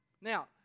Now